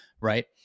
right